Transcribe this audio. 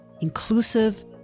Inclusive